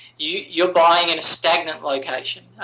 you're buying in a stagnant location.